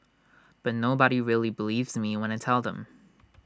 but nobody really believes me when I tell them